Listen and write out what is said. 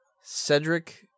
Cedric